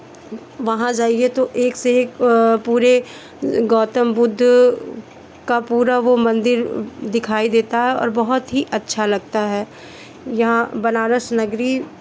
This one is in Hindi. वहाँ जाइए तो एक से एक पूरे गौतम बुद्ध का पूरा वो मंदिर दिखाई देता है और बहुत ही अच्छा लगता है यहाँ बनारस नगरी